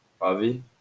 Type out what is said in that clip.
avi